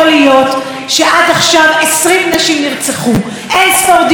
אין-ספור דיונים בוועדה מאז שהנושאים שאני מדברת עליהם עלו,